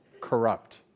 corrupt